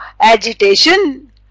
agitation